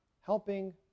helping